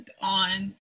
on